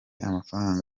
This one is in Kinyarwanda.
amafaranga